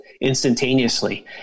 Instantaneously